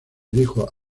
dijo